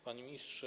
Panie Ministrze!